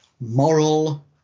Moral